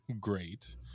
great